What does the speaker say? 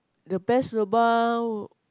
the best lobang